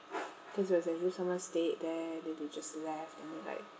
this was the room someone stayed there and then they just left and then like